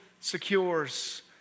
secures